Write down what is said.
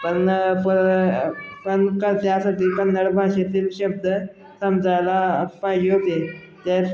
पण प पण का त्यासाठी कन्नड भाषेतील शब्द समजायला पाहिजे होते त्या